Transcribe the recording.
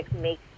make